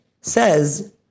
says